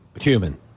human